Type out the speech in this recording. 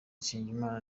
nsengimana